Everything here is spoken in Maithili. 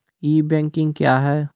ई बैंकिंग क्या हैं?